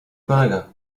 kolega